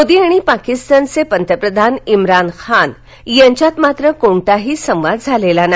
मोदी आणि पाकीस्तानचे पंतप्रधान इम्रानखान यांच्यात मात्र कोणताही संवाद झाला नाही